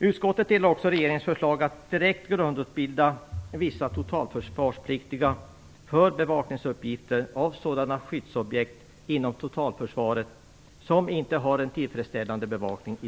Utskottet delar också regeringens förslag att direkt grundutbilda vissa totalförsvarspliktiga för bevakningsuppgifter av sådana skyddsobjekt inom totalförsvaret som i dag inte har en tillfredsställande bevakning.